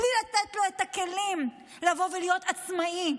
בלי לתת לו את הכלים לבוא ולהיות עצמאי,